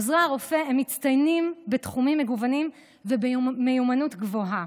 עוזרי הרופא מצטיינים בתחומים מגוונים ובמיומנות גבוהה.